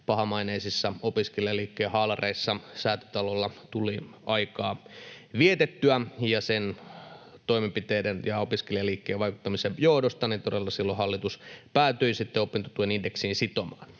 pahamaineisissa opiskelijaliikkeen haalareissa Säätytalolla aikaa vietin. Näiden toimenpiteiden ja opiskelijaliikkeen vaikuttamisen johdosta todella silloin hallitus päätyi opintotuen indeksiin sitomaan.